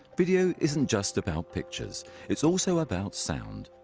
video isn't just about pictures it's also about sound.